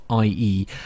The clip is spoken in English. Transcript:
ie